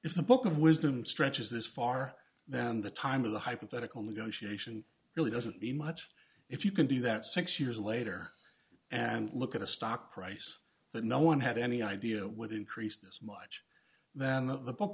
if the book of wisdom stretches this far then the time of the hypothetical negotiation really doesn't mean much if you can do that six years later and look at a stock price that no one had any idea would increase this much then the book